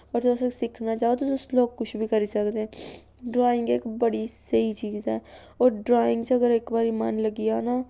पर तुस सिक्खना चाहो ते तुस लोग कुछ बी करी सकदे ड्राइंग इक बड़ी स्हेई चीज ऐ होर ड्राइंग च इक बारी अगर मन लग्गी जाऽ ना